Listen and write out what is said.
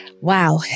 Wow